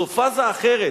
זאת פאזה אחרת.